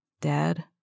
Dad